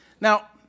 Now